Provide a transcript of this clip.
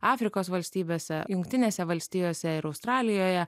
afrikos valstybėse jungtinėse valstijose ir australijoje